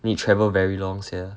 need travel very long sia